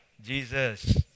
Jesus